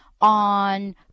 on